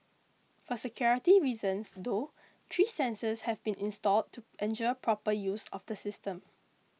for security reasons though three sensors have been installed to ensure proper use of the system